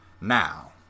Now